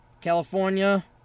California